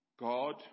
God